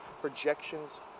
Projections